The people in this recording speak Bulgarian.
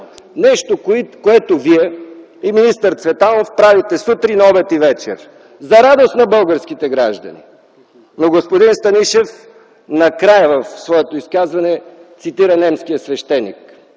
нещо, което Вие и министър Цветанов правите сутрин, обед и вечер за радост на българските граждани. Но господин Станишев накрая в своето изказване цитира немския свещеник.